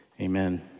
amen